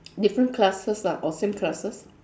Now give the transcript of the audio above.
different classes lah or same classes